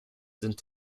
sind